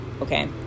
okay